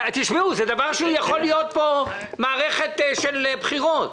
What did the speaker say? תשמעו, זה דבר שיכול להיות פה מערכת של בחירות.